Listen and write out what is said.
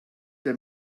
der